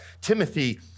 Timothy